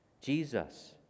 Jesus